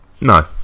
no